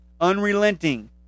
unrelenting